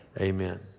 Amen